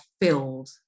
filled